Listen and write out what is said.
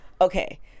okay